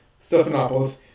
Stephanopoulos